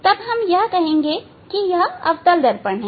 तब हम यह कहेंगे कि यह अवतल दर्पण है